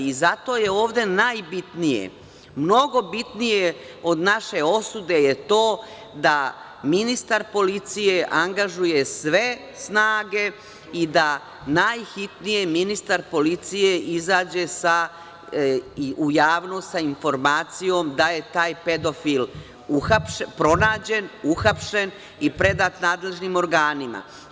I zato je ovde najbitnije, mnogo bitnije od naše osude je to da ministar policije angažuje sve snage i da najhitnije ministar policije izađe sa u javnost sa informacijom da je taj pedofil pronađen, uhapšen i predat nadležnim organima.